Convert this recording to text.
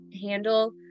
handle